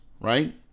right